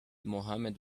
mohammad